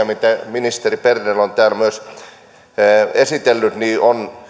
mitä ministeri berner on täällä myös esitellyt on